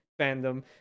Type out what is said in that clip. fandom